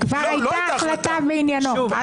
כי כבר הייתה החלטה בעניינו.